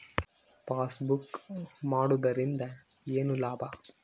Passbook ಮಾಡುದರಿಂದ ಏನು ಲಾಭ?